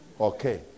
Okay